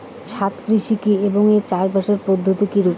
ছাদ কৃষি কী এবং এর চাষাবাদ পদ্ধতি কিরূপ?